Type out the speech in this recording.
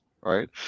right